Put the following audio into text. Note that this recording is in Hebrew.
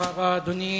תודה רבה, אדוני.